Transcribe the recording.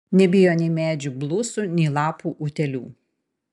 nebijo nei medžių blusų nei lapų utėlių